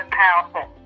powerful